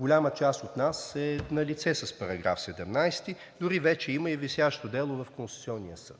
голяма част от нас е налице с § 17, дори вече има и висящо дело в Конституционния съд.